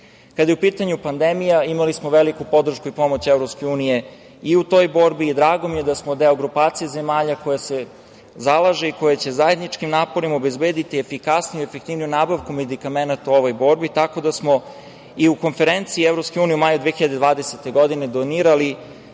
tome. Kada je u pitanju pandemija, imali smo veliku podršku i pomoć EU i u toj borbi i drago mi je da smo deo grupacije zemalja koja se zalaže i koja će zajedničkim naporima obezbediti efikasniju i efektivniju nabavku medikamenata u ovoj borbi, tako da smo i na Konferenciji EU u maju 2020. godine donirali